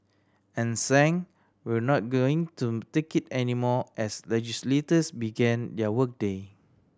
and sang We're not going to take it anymore as legislators began their work day